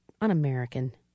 un-american